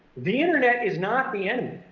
the internet is not the enemy.